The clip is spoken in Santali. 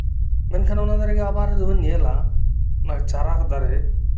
ᱢᱮᱱᱠᱷᱟᱱ ᱚᱱᱟᱫᱟᱨᱮ ᱨᱮ ᱟᱵᱟᱨ ᱡᱚᱫᱤᱵᱩᱱ ᱧᱮᱞᱟ ᱚᱱᱟ ᱪᱟᱨᱟ ᱫᱟᱨᱮ